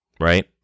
right